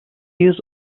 yüz